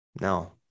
No